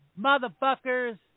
motherfuckers